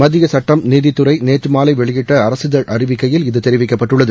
மத்திய சட்டம் நீதித்துறை நேற்று மாலை வெளியிட்ட அரசிதழ் அறிவிக்கையில் இது தெரிவிக்கப்பட்டுள்ளது